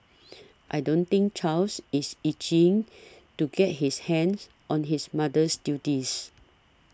I don't think Charles is itching to get his hands on his mother's duties